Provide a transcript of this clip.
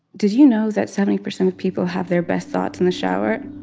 did you know that seventy percent of people have their best thoughts in the shower?